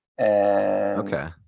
Okay